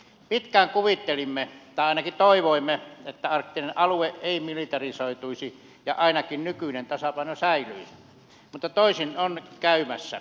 pitkään kuvittelimme tai ainakin toivoimme että arktinen alue ei militarisoituisi ja ainakin nykyinen tasapaino säilyisi mutta toisin on käymässä